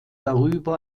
darüber